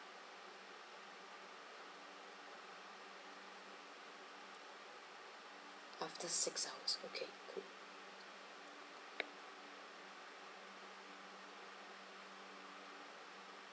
after six hours okay cool